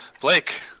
Blake